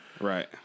Right